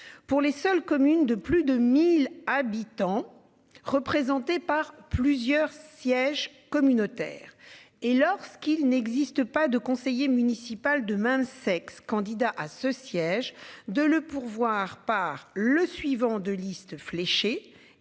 Pour les seules communes de plus de 1000 habitants représentés par plusieurs sièges communautaire et lorsqu'il n'existe pas de conseiller municipal de même sexe candidat à ce siège de le pourvoir par le suivant de liste fléché est